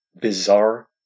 Bizarre